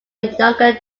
younger